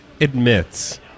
admits